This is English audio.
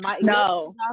No